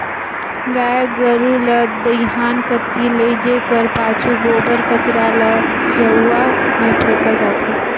गाय गरू ल दईहान कती लेइजे कर पाछू गोबर कचरा ल झउहा मे फेकल जाथे